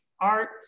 art